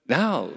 now